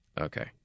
Okay